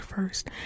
first